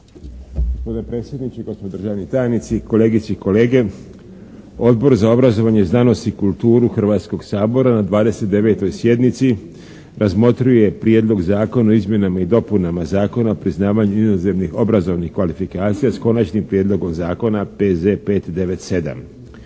Gospodine predsjedniče, gospodo državni tajnici, kolegice i kolege! Odbor za obrazovanje, znanost i kulturu Hrvatskoga sabora na 29. sjednici razmotrio je Prijedlog zakona o izmjenama i dopunama Zakona o priznavanju inozemnih obrazovnih kvalifikacija s konačnim prijedlogom zakona P.Z. 597.